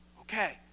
Okay